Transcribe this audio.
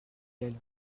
elle